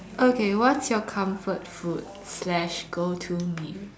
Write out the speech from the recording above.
okay what's your comfort food slash go to meal